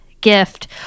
gift